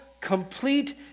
complete